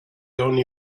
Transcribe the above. only